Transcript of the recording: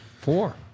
Four